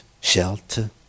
shelter